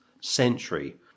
century